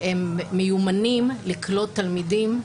הם מיומנים לקלוט תלמידים,